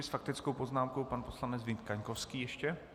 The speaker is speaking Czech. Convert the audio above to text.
S faktickou poznámkou pan poslanec Vít Kaňkovský ještě.